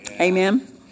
Amen